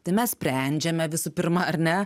tai mes sprendžiame visų pirma ar ne